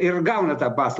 ir gauna tą pas